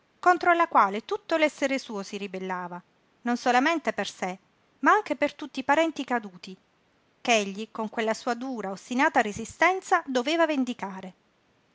contro alla quale tutto l'essere suo si ribellava non solamente per sé ma anche per tutti i parenti caduti ch'egli con quella sua dura ostinata resistenza doveva vendicare